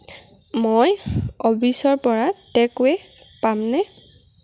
মই অৰ্বিছৰ পৰা টেকএৱে' পামনে